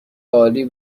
عالی